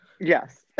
yes